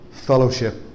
fellowship